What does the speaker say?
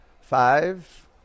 Five